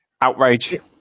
Outrage